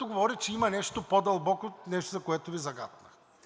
Говори, че има нещо по-дълбоко, нещо, за което Ви загатнах.